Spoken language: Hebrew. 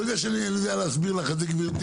לא יודע שאני יודע להסביר לך את זה גברתי,